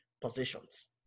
positions